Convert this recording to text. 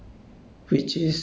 nirvana